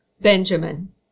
Benjamin